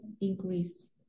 increase